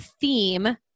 theme